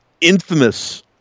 infamous